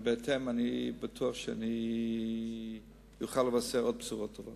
ואני בטוח שאני אוכל לבשר עוד בשורות טובות.